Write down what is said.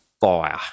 fire